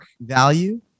value